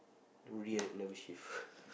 weird never shave